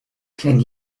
can